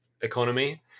economy